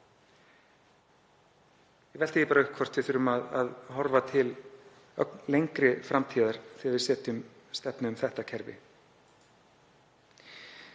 Ég velti því upp hvort við þurfum að horfa til ögn lengra til framtíðar þegar við setjum stefnu um þetta kerfi.